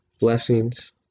Blessings